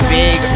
big